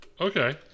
Okay